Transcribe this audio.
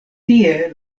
tie